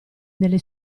nelle